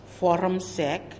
forumsec